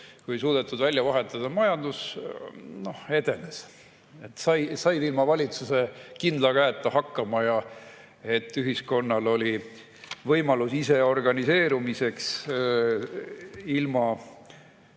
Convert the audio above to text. [valitsust] välja vahetada. Majandus edenes, said ilma valitsuse kindla käeta hakkama ja ühiskonnal oli võimalus iseorganiseerumiseks ilma